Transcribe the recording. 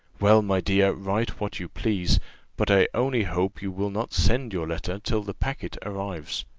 well, my dear, write what you please but i only hope you will not send your letter till the packet arrives.